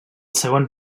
segon